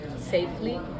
safely